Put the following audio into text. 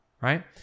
right